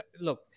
Look